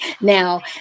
now